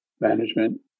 management